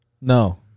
No